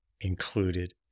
included